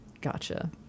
Gotcha